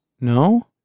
no